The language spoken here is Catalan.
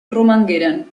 romangueren